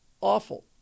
Awful